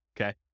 okay